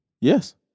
Yes